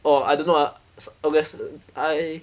orh I don't know I okay I